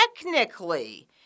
Technically